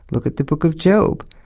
look at the book of job.